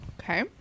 okay